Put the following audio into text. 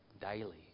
daily